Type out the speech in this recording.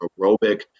aerobic